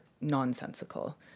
nonsensical